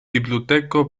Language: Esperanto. biblioteko